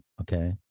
okay